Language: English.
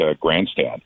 grandstand